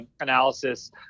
analysis